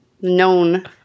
known